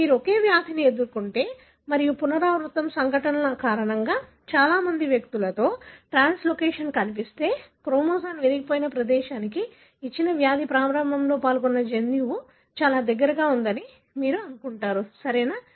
మీరు ఒకే వ్యాధిని ఎదుర్కొంటుంటే మరియు పునరావృత సంఘటనల కారణంగా చాలా మంది వ్యక్తులలో ట్రాన్స్లోకేషన్ కనిపిస్తే క్రోమోజోమ్ విరిగిపోయిన ప్రదేశానికి ఇచ్చిన వ్యాధి ప్రారంభంలో పాల్గొన్న జన్యువు చాలా దగ్గరగా ఉందని మీరు అనుకుంటారు సరియైనదా